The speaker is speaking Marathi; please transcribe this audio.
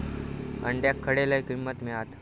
अंड्याक खडे लय किंमत मिळात?